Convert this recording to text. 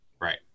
Right